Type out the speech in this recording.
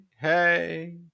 hey